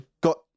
got